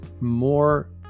more